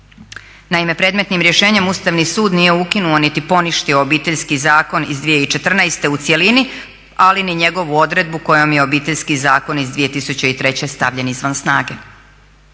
Naime, predmetnim rješenjem Ustavni sud nije ukinuo niti poništio Obiteljski zakon iz 2014. u cjelini, ali ni njegovu odredbu kojom je Obiteljski zakon iz 2003. stavljen izvan snage.